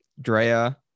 Drea